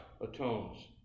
atones